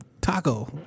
taco